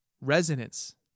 Resonance